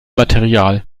material